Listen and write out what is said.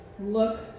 look